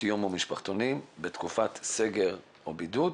יום ובמשפחתונים בתקופת סגר או בידוד.